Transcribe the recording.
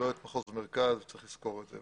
לא את מחוז מרכז, וצריך לזכור את זה.